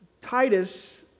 Titus